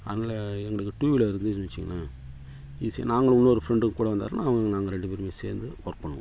அதனாலே எங்களுக்கு டூவீலர் இருந்துச்சுனு வைச்சுக்கங்களேன் ஈஸியாக நாங்களும் இன்னொரு ஃப்ரெண்டும் கூட வந்தாருனால் அவங்க நாங்கள் ரெண்டு பேருமே சேர்ந்து ஒர்க் பண்ணுவோம்